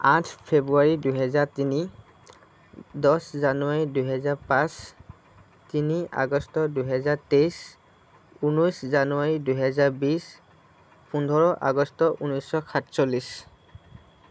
আঠ ফেব্ৰুৱাৰী দুহেজাৰ তিনি দহ জানুৱাৰী দুহেজাৰ পাঁচ তিনি আগষ্ট দুহেজাৰ তেইছ ঊনৈছ জানুৱাৰী দুহেজাৰ বিছ পোন্ধৰ আগষ্ট ঊনৈছশ সাতচল্লিছ